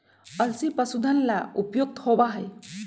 अलसी पशुधन ला उपयुक्त होबा हई